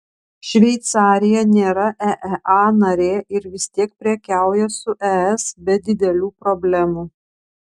šveicarija nėra eea narė ir vis tiek prekiauja su es be didelių problemų